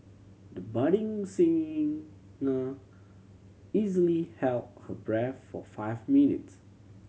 the budding singer easily held her breath for five minutes